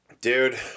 Dude